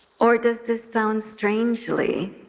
or does this sound strangely,